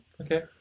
Okay